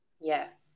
Yes